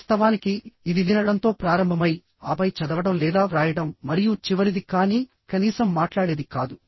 వాస్తవానికి ఇది వినడంతో ప్రారంభమై ఆపై చదవడం లేదా వ్రాయడం మరియు చివరిది కానీ కనీసం మాట్లాడేది కాదు